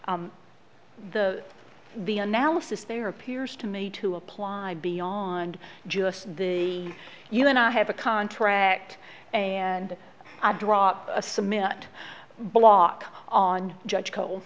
the the analysis there appears to me to apply beyond just the human i have a contract and i drop a cement block on judge col